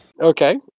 Okay